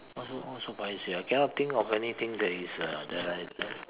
what's so paiseh I cannot think of anything that is uh that I